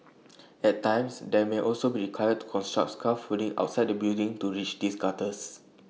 at times they may also be required to construct scaffolding outside the building to reach these gutters